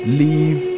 leave